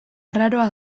arraroa